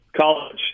college